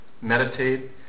meditate